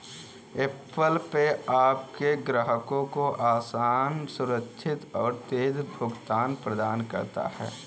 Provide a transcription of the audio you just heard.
Apple Pay आपके ग्राहकों को आसान, सुरक्षित और तेज़ भुगतान प्रदान करता है